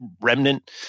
remnant